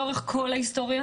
לאורך כל ההיסטוריה,